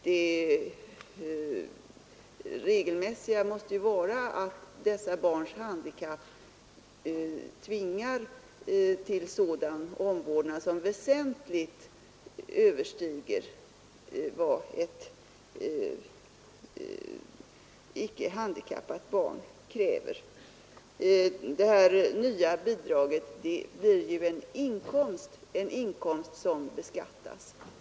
Det regelmässiga måste vara att dessa barns handikapp tvingar till sådan omvårdnad som väsentligt överstiger vad ett icke handikappat barn kräver. Detta nya bidrag blir ju en inkomst som beskattas.